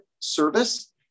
service